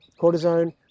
cortisone